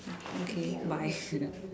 okay bye